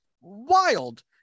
wild